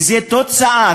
וזו התוצאה.